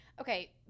Okay